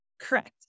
Correct